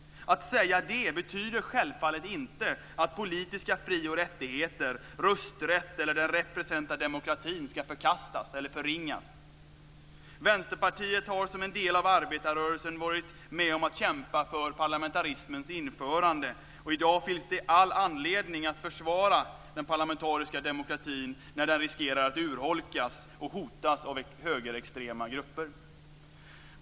Att säga det betyder självfallet inte att politiska fri och rättigheter, rösträtt eller den representativa demokratin ska förkastas eller förringas. Vänsterpartiet har som en del av arbetarrörelsen varit med om att kämpa för parlamentarismens införande, och i dag finns det all anledning att försvara den parlamentariska demokratin när den riskerar att urholkas och hotas av högerextrema grupper.